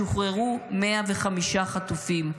שוחררו 105 חטופים,